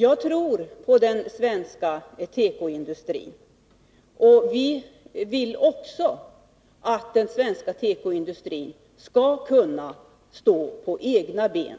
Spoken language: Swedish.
Jag tror på den svenska tekoindustrin, och vi vill också att den svenska tekoindustrin skall kunna stå på egna ben